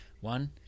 one